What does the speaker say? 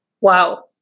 wow